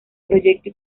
proyecto